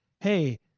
hey